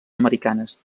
americanes